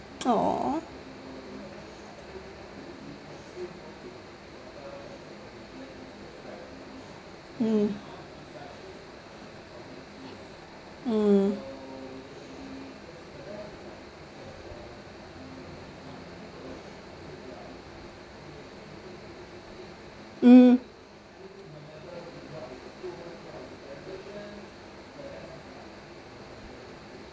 oh mm mm mm